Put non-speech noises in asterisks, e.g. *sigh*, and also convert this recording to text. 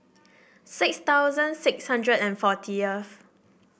six thousand six hundred and forty *unintelligible*